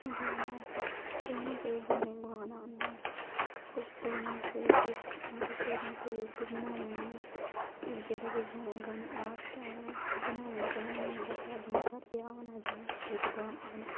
ओह्दे बाद कोई ना कोई गाने गवान आंदा कोई ना कोई मतलब रुट्टी बनानी उ'नें जेह्ड़ा बी गाने गवाने दी आह्ग ते उ'नें रुट्टी बनानी उं'दे घर जिं'दे घर ब्याह् होवै जि'नें गीत गवान आना